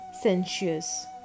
sensuous